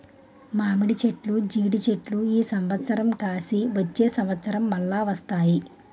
మామిడి చెట్లు జీడి చెట్లు ఈ సంవత్సరం కాసి వచ్చే సంవత్సరం మల్ల వస్తాయి